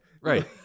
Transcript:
Right